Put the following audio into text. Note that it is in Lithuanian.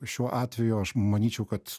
šiuo atveju aš manyčiau kad